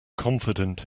confident